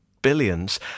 billions